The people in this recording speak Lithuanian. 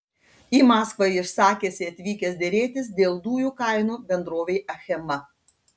į maskvą jis sakėsi atvykęs derėtis dėl dujų kainų bendrovei achema